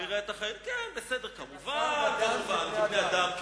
כמובן כבני-אדם.